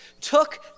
took